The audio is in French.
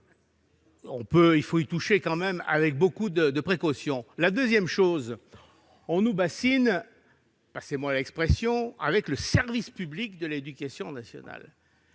Il faut donc toucher à ce sujet avec beaucoup de précaution ! Deuxièmement, on nous « bassine »- passez-moi l'expression ! -avec le service public de l'éducation nationale.